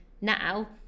now